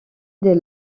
des